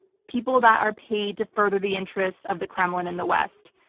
people that are paid to further the interests of the kremlin in the west.